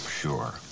Sure